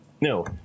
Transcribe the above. No